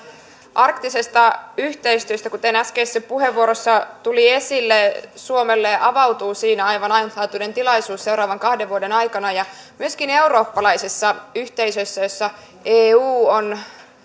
arktisesta yhteistyöstä kuten äskeisessä puheenvuorossa tuli esille suomelle avautuu siinä aivan ainutlaatuinen tilaisuus seuraavan kahden vuoden aikana mutta myöskin eurooppalaisessa yhteisössä jossa eu on